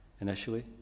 initially